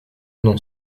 nom